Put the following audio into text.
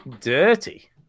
dirty